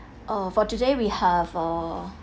err for today we have a